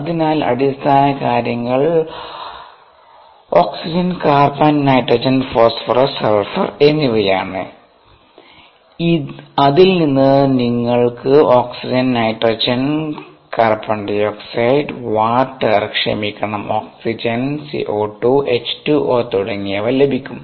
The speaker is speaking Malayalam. അതിനാൽ അടിസ്ഥാന കാര്യങ്ങൾ O C N P S എന്നിവയാണ് അതിൽ നിന്ന് നിങ്ങൾക്ക് oxygen nitrogen CO 2 H 2 O ക്ഷമിക്കണം ഓക്സിജൻ CO 2 H 2 O തുടങ്ങിയവ ലഭിക്കും